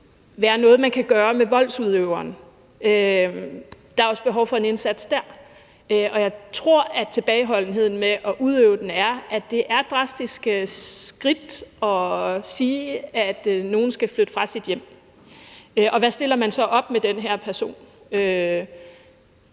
være noget, man kan gøre med voldsudøveren; der er også behov for en indsats der. Og jeg tror, at tilbageholdenheden med at udøve den skyldes, at det er et drastisk skridt at sige til nogen, at de skal flytte fra deres hjem. Og hvad stiller man så op med den her person?